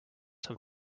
have